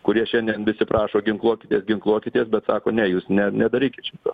kurie šiandien visi prašo ginkluokitės ginkluokitės bet sako ne jūs ne nedarykit šito